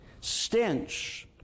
stench